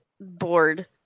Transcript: bored